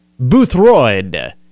Boothroyd